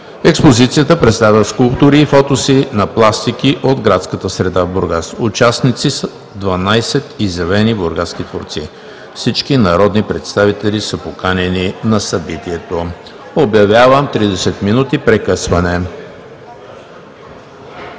Експозицията представя скулптури и фотоси на пластики от градската среда в Бургас. Участници са 12 изявени бургаски творци. Всички народни представители са поканени на събитието. Обявявам 30 минути прекъсване.